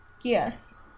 Yes